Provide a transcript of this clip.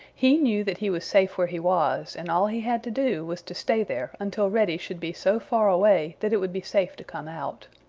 he knew that he was safe where he was, and all he had to do was to stay there until reddy should be so far away that it would be safe to come out.